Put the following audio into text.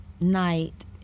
night